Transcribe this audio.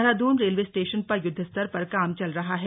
Dehradun railway station पर युद्धस्तर पर काम चल रहा है